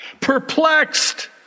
perplexed